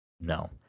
No